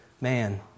man